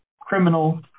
criminal